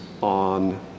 on